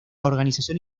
organización